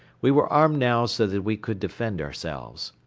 we were armed now so that we could defend ourselves.